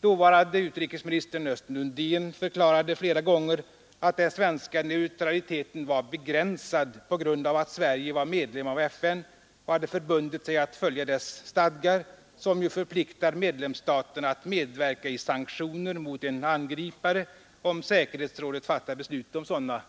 Dåvarande utrikesministern, Östen Undén, förklarade flera gånger att den svenska neutraliteten var begränsad på grund av att Sverige var medlem av FN och hade förbundit sig att följa dess stadgar, som ju förpliktar medlemsstaterna att medverka i sanktioner mot en angripare, ifall säkerhetsrådet fattar beslut om sådana